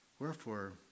Wherefore